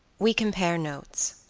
we compare notes